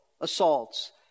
assaults